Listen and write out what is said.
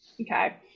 Okay